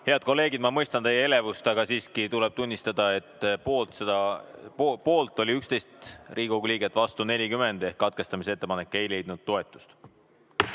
Head kolleegid, ma mõistan teie elevust, aga siiski tuleb tunnistada, et poolt oli 11 Riigikogu liiget, vastu 40. Katkestamise ettepanek ei leidnud toetust.